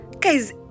guys